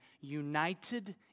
united